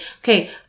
okay